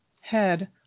head